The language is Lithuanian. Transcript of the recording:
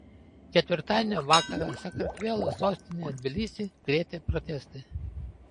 ketvirtadienio vakarą sakartvelo sostinę tbilisį krėtė protestai